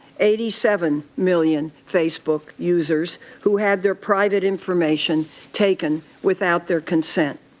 eighty seven million facebook users who had their private information taken without their consent.